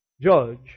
judge